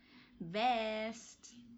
best